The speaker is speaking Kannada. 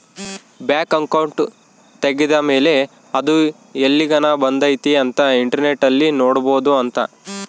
ಬ್ಯಾಂಕ್ ಅಕೌಂಟ್ ತೆಗೆದ್ದ ಮೇಲೆ ಅದು ಎಲ್ಲಿಗನ ಬಂದೈತಿ ಅಂತ ಇಂಟರ್ನೆಟ್ ಅಲ್ಲಿ ನೋಡ್ಬೊದು ಅಂತ